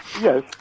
Yes